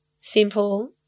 simple